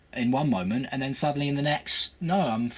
in one moment, and then suddenly in the next no, um